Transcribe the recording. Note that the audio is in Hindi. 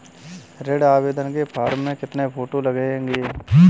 ऋण आवेदन के फॉर्म में कितनी फोटो लगेंगी?